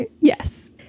Yes